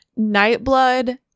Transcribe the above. Nightblood